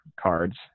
cards